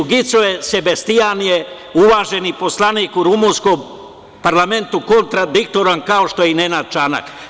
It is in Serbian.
Gicoje Sebastijan je uvaženi poslanik u rumunskom parlamentu, kontradiktoran kao što je i Nenad Čanak.